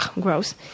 gross